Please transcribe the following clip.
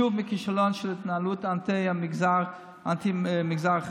שוב מכישלון של התנהלות אנטי-המגזר החרדי.